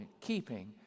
keeping